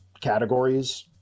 categories